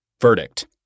Verdict